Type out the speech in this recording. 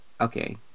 okay